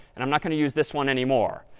and i'm not going to use this one anymore.